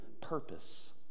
purpose